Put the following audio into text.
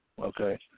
okay